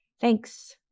Thanks